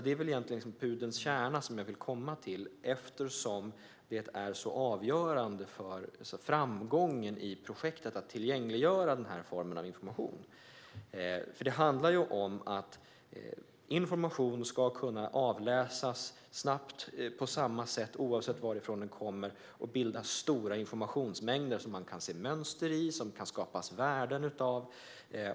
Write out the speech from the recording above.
Det är egentligen pudelns kärna, som jag vill komma till, eftersom tillgängliggörande av den här formen av information är så avgörande för framgången i projektet. Det handlar ju om att information ska kunna avläsas snabbt på samma sätt oavsett varifrån den kommer och bilda stora informationsmängder som man kan se mönster i och som det kan skapas värden av.